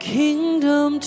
kingdom